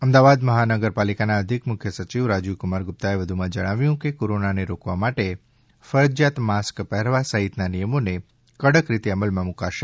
અમદાવાદ મહાનગરપાલિકાના અધિક મુખ્ય સચિવ રાજીવકુમાર ગુપ્તાએ વધુમાં જણાવ્યું છે કે કોરોનાને રોકવા માટે ફરજીયાત માસ્ક પહેરવા સહિતના નિયમોને કડક રીતે અમલમાં મૂકાશે